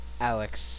Alex